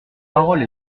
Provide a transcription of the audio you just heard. parole